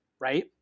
right